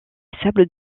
sables